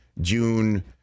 june